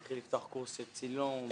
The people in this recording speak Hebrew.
התחיל לפתוח קורס צילום.